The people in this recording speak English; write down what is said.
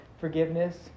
forgiveness